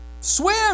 Swim